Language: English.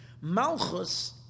Malchus